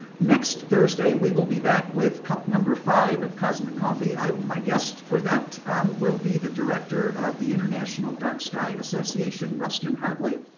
next thursday we will be back with cup number five of cosmic coffee. my guest for that will be the director of the international dark-sky association, ruskin hartley.